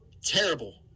Terrible